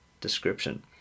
description